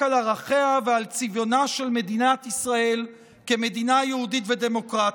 על ערכיה ועל צביונה של מדינת ישראל כמדינה יהודית ודמוקרטית.